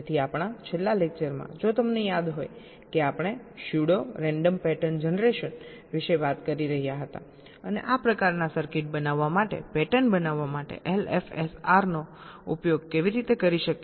તેથી આપણાં છેલ્લા લેકચરમાં જો તમને યાદ હોય કે આપણે સ્યુડો રેન્ડમ પેટર્ન જનરેશન વિશે વાત કરી રહ્યા હતા અને આ પ્રકારના સર્કિટ બનાવવા માટે પેટર્ન બનાવવા માટે LFSR નો ઉપયોગ કેવી રીતે કરી શકીએ